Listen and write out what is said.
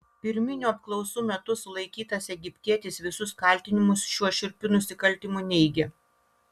pirminių apklausų metu sulaikytas egiptietis visus kaltinimus šiuo šiurpiu nusikaltimu neigia